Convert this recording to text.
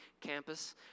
campus